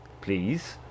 please